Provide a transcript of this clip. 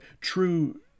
true